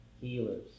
healers